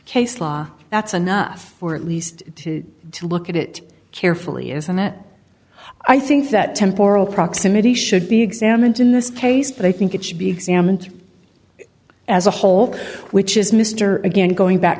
case law that's enough for at least two to look at it carefully isn't that i think that temporal proximity should be examined in this case but i think it should be examined as a whole which is mr again going back